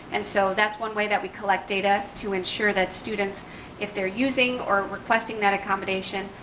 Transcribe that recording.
and so that's one way that we collect data to ensure that students if they're using or requesting that accommodation,